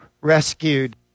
rescued